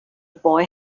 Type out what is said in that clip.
boy